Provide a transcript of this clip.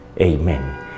Amen